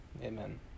Amen